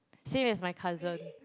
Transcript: same as my cousin